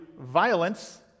violence